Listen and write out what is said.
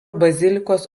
bazilikos